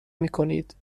میکنید